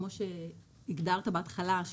כפי שהגדרת בהתחלה,